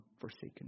forsaken